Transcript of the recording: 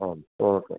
okay